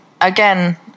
again